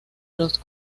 los